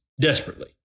desperately